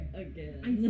again